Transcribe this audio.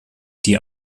die